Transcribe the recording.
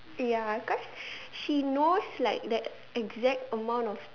ya cause she knows like the exact amount of